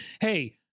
hey